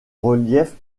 relief